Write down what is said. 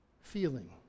feeling